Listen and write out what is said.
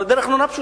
הדרך נורא פשוטה.